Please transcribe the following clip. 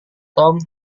tom